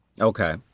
Okay